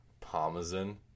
parmesan